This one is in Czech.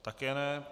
Také ne.